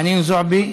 חנין זועבי,